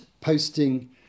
posting